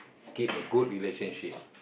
keep a good relationship